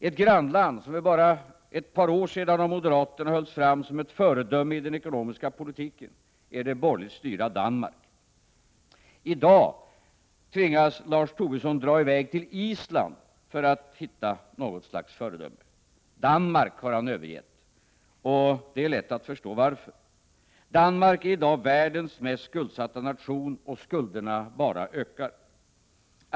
Ett grannland, som för bara ett par år sedan av moderaterna hölls fram som ett föredöme i den ekonomiska politiken är det borgerligt styrda Danmark. I dag tvingas Lars Tobisson att dra i väg till Island för att hitta något slags föredöme. Danmark har han övergett, och det är lätt att förstå varför. Danmark är i dag världens mest skuldsatta nation, och skulderna bara ökar.